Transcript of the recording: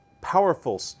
powerful